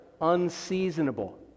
unseasonable